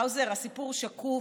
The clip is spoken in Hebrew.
האוזר, הסיפור שקוף.